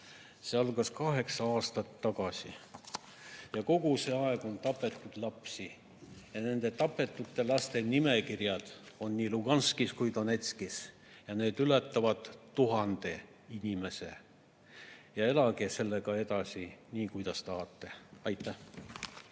see algas kaheksa aastat tagasi. Kogu see aeg on tapetud lapsi ja nende tapetud laste nimekirjad on nii Luhanskis kui ka Donetskis ja nendes on üle 1000 nime. Ja elage sellega edasi nii, kuidas tahate. Aitäh!